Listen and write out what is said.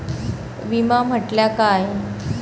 विमा म्हटल्या काय?